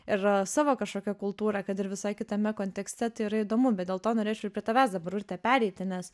ir savo kažkokią kultūrą kad ir visai kitame kontekste tai yra įdomu bet dėl to norėčiau ir prie tavęs dabar urte pereiti nes